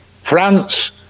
France